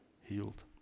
healed